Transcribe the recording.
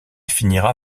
finira